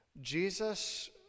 Jesus